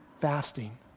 fasting